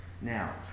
now